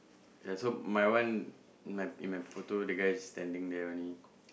ya so my one in my in my photo the guy is standing there only